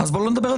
מה ההבדל?